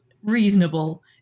reasonable